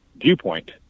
viewpoint